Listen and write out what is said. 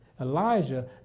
Elijah